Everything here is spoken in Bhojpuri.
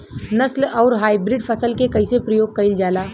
नस्ल आउर हाइब्रिड फसल के कइसे प्रयोग कइल जाला?